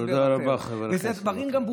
תודה רבה, חבר הכנסת מקלב.